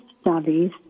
Studies